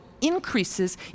increases